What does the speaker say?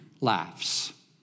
laughs